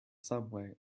subway